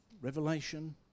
Revelation